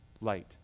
light